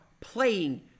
playing